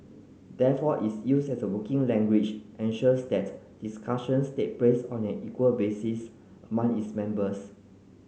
therefore its use as a working language ensures that discussions take place on an equal basis among its members